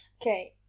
Okay